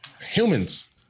Humans